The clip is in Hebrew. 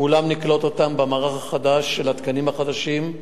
את כולם נקלוט במערך החדש של התקנים החדשים,